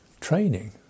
training